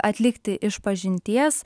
atlikti išpažinties